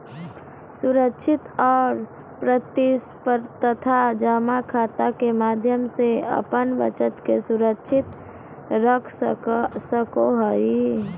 सुरक्षित और प्रतिस्परधा जमा खाता के माध्यम से अपन बचत के सुरक्षित रख सको हइ